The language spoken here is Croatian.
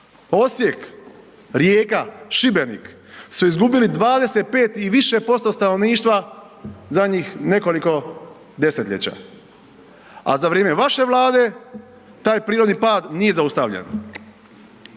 Osijek, Rijeka, Šibenik su izgubili 25 i više posto stanovništva zadnjih nekoliko desetljeća a za vrijeme vaše Vlade, taj prirodni pad nije zaustavljen.